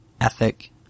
ethic